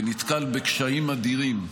ונתקל בקשיים אדירים,